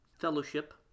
fellowship